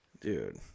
Dude